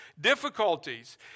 difficulties